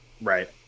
right